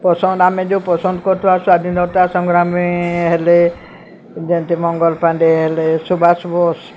ପସନ୍ଦ ଆମେ ଯେଉଁ ପସନ୍ଦ କରୁ ଆଉ ସ୍ୱାଧୀନତା ସଂଗ୍ରାମୀ ହେଲେ ଯେମତି ମଙ୍ଗଲ ପାଣ୍ଡେ ହେଲେ ସୁବାଷ ବୋଷ